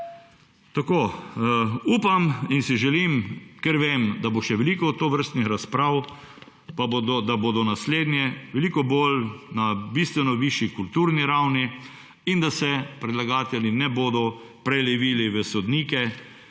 naprej. Upam in si želim, ker vem, da bo še veliko tovrstnih razprav, pa da bodo naslednje na bistveno višji kulturni ravni in da se predlagatelji ne bodo prelevili v sodnike,